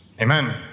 amen